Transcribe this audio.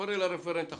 קורא לרפרנט תחבורה: